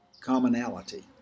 commonality